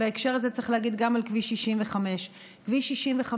בהקשר הזה צריך להגיד גם על כביש 65. כביש 65,